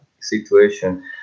situation